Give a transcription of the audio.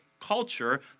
culture